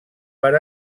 per